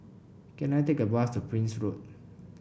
can I take a bus to Prince Road